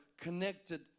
connected